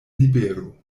libero